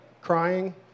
crying